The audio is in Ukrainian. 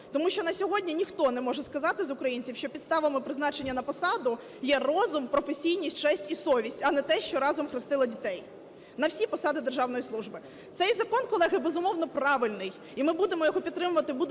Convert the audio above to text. Тому що на сьогодні ніхто не може сказати з українців, що підставами призначення на посаду є розум, професійність, честь і совість, а не те, що разом хрестили дітей, на всі посади державної служби. Цей закон, колеги, безумовно, правильний, і ми будемо його підтримувати, будемо